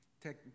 Take